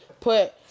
put